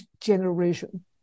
generation